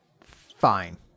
fine